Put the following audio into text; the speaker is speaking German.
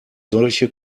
solche